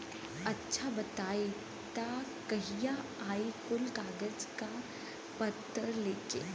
अच्छा बताई तब कहिया आई कुल कागज पतर लेके?